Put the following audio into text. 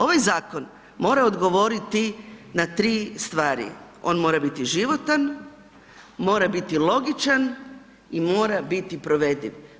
Ovaj zakon mora odgovoriti na tri stvari, on mora biti životan, mora biti logičan i mora biti provediv.